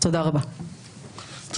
מחזירים את הצדק למערכת המשפט.